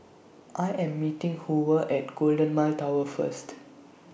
I Am meeting Hoover At Golden Mile Tower First